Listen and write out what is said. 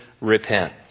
repent